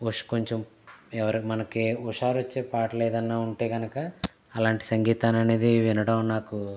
ఉష్ కొంచెం ఎవర మనకే ఉషారు వచ్చే పాటలేదన్న ఉంటే కనుక అలాంటి సంగీతాన్ని అనేది వినడం నాకు